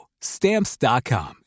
Stamps.com